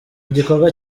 igikorwa